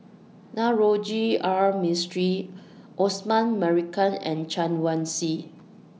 Navroji R Mistri Osman Merican and Chen Wen Hsi